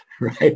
right